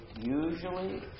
usually